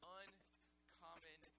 uncommon